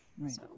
Right